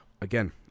Again